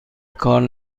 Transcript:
کار